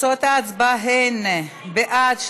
כי זה מכוון, החוק הוא נגד ערבים.